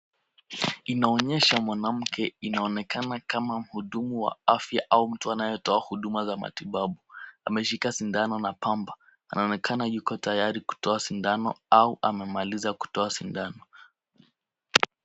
Inaonyesha mwanamke, inaonekana kama mhudumu wa afya au mtu anayetoa huduma za matibabu. Ameshika sindano na pamba. Anaonekana yuko tayari kutoa sindano au amemaliza kutoa sindano.